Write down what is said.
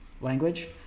language